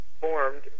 formed